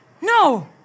no